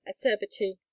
acerbity